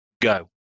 go